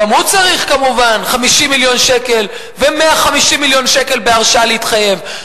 גם הוא צריך כמובן 50 מיליון שקל ו-150 מיליון שקל בהרשאה להתחייב,